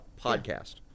podcast